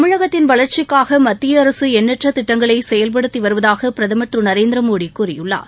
தமிழகத்தின் வளர்ச்சிக்காக மத்திய அரசு எண்ணற்ற திட்டங்களை செயல்படுத்தி வருவதாக பிரதமர் திரு நரேந்திர மோடி கூறியுள்ளார்